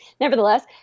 nevertheless